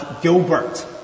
Gilbert